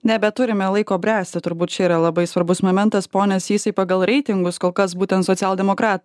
nebeturime laiko bręsti turbūt čia yra labai svarbus momentas pone sysai pagal reitingus kol kas būtent socialdemokrat